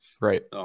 right